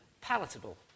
palatable